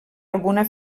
alguna